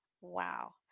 Wow